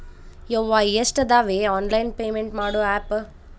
ಯವ್ವಾ ಎಷ್ಟಾದವೇ online payment ಮಾಡೋ ಆಪ್